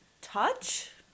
touch